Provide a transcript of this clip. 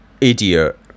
idiot